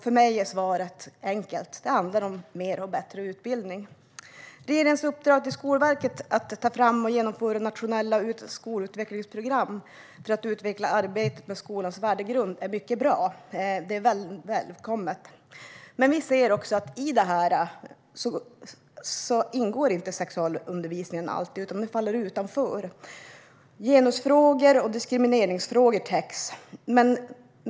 För mig är svaret enkelt: Det handlar om mer och bättre utbildning. Regeringens uppdrag till Skolverket att ta fram och genomföra nationella skolutvecklingsprogram för att utveckla arbetet med skolans värdegrund är mycket bra, och det är välkommet. Men vi ser också att sexualundervisningen inte alltid ingår i detta utan faller utanför. Genusfrågor och diskrimineringsfrågor täcks in.